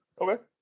Okay